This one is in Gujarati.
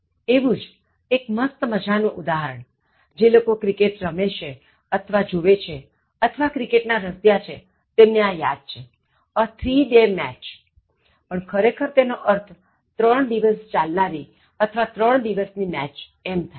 એવું જ એક મસ્તમજાનું ઉદાહરણજે લોકો ક્રિકેટ રમે છેઅથવા જોવે છેઅથવા ક્રિકેટ ના રસિયા છે તેમને આ યાદ છે a three day match પણ ખરેખર તેનો અર્થ ત્રણ દિવસ ચાલનારી અથવા ત્રણ દિવસની મેચ એમ થાય છે